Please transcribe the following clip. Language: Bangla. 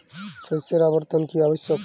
শস্যের আবর্তন কী আবশ্যক?